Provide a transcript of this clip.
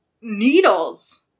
needles